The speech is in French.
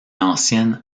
ancienne